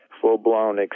full-blown